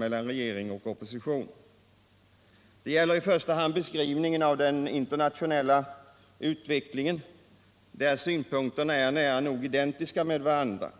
Detta gäller i första hand beskrivningen av den internationella utvecklingen, där synpunkterna är nära nog identiska med varandra.